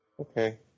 Okay